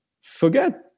forget